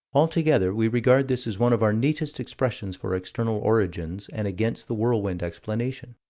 altogether we regard this as one of our neatest expressions for external origins and against the whirlwind explanation.